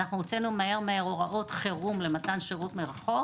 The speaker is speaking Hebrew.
אנחנו הוצאנו מהר מהר הוראות חירום למתן שירות מרחוק